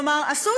אני קוראת